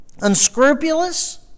unscrupulous